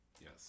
Yes